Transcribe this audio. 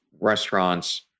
restaurants